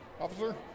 Officer